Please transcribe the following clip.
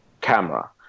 camera